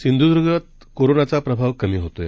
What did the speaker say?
सिंधूद्र्गात कोरोनाचा प्रभाव कमी होतोय